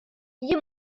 jien